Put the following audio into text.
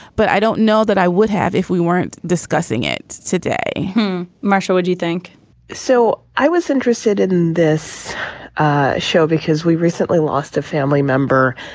but i don't know that i would have if we weren't discussing it today marsha would you think so i was interested in this ah show because we recently lost a family member.